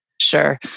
sure